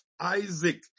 Isaac